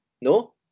No